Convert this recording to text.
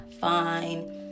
fine